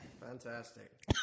Fantastic